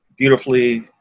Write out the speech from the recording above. Beautifully